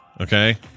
okay